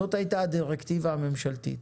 זו הייתה הדירקטיבה הממשלתית.